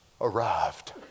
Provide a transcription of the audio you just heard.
arrived